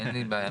אין לי בעיה.